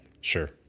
Sure